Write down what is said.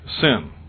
sin